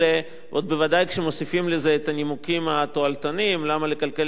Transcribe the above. עוד בוודאי כשמוסיפים לזה את הנימוקים התועלתניים: למה לקלקל יחסים.